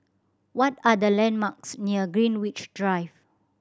what are the landmarks near Greenwich Drive